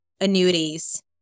annuities